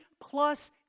plus